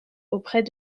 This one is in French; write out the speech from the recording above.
auprès